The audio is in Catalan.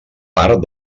part